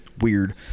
weird